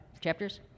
chapters